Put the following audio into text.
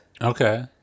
Okay